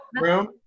room